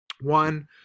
One